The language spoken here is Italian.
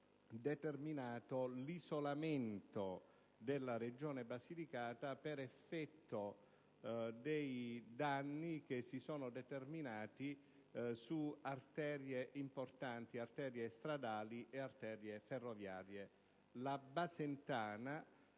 determinato l'isolamento della Regione Basilicata per effetto dei danni che si sono determinati, su importanti arterie stradali e ferroviarie. La Basentana,